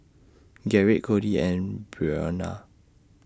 Gerrit Cordie and Brionna